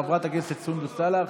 חברת הכנסת סונדוס סאלח,